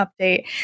update